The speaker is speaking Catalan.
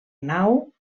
nau